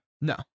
No